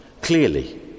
Clearly